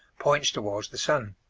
points towards the sun.